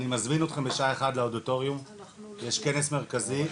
אני מזמין אתכם בשעה 13:00 לאודיטוריום יש כנס מרכזי,